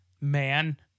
man